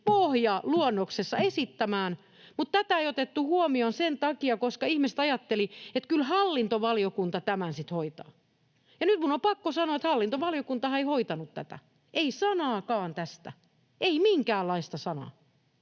pohjaluonnoksessa esittämään, mutta tätä ei otettu huomioon sen takia, koska ihmiset ajattelivat, että kyllä hallintovaliokunta tämän sitten hoitaa. Ja nyt minun on pakko sanoa, että hallintovaliokuntahan ei hoitanut tätä — ei sanaakaan tästä, ei minkäänlaista sanaa.